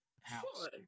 house